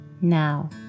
Now